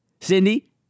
Cindy